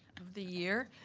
of the year.